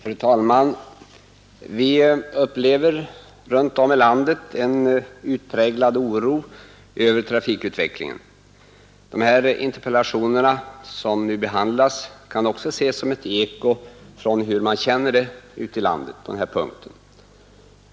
Fru talman! Vi upplever runt om i landet en utpräglad oro över trafikutvecklingen. De interpellationer som nu behandlas kan också ses som ett eko av hur man känner det ute i landet på den här punkten.